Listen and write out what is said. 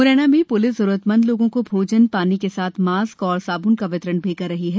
म्रैना में प्लिस जरूरतमंद लोगों को भोजन पानी के साथ मास्क व साब्न का वितरण भी कर रही है